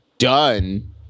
done